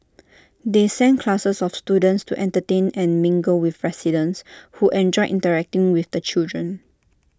they send classes of students to entertain and mingle with residents who enjoy interacting with the children